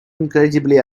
incredibly